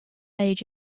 age